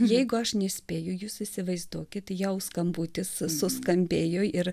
jeigu aš nespėju jūs įsivaizduokit jau skambutis suskambėjo ir